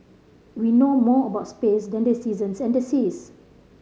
we know more about space than the seasons and the seas